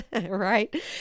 right